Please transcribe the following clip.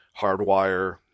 Hardwire